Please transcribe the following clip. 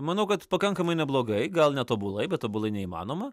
manau kad pakankamai neblogai gal ne tobulai bet tobulai neįmanoma